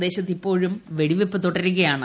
പ്രദ്യേശത്ത് ഇപ്പോഴും വെടിവയ്പ് തുടരുകയാണ്